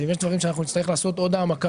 ואם יש דברים שנצטרך לעשות בהם עוד העמקה